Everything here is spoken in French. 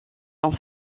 sont